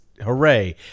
hooray